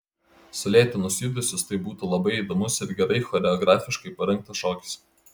sulėtinus judesius tai būtų labai įdomus ir gerai choreografiškai parengtas šokis